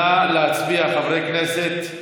חברי הכנסת,